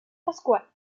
pascual